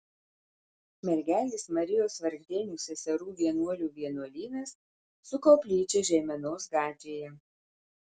mergelės marijos vargdienių seserų vienuolių vienuolynas su koplyčia žeimenos gatvėje